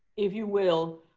if you will,